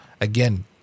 again